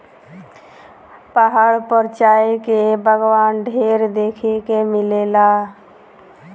पहाड़ पर चाय के बगावान ढेर देखे के मिलेला